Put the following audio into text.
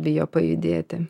bijo pajudėti